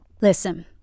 Listen